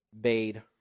bade